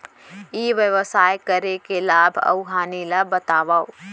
ई व्यवसाय करे के लाभ अऊ हानि ला बतावव?